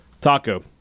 Taco